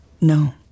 No